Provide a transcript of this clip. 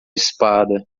espada